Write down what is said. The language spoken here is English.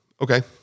okay